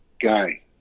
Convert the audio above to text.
guy